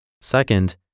Second